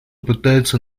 пытается